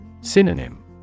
Synonym